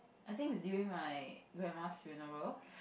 I think is during my grandma's funeral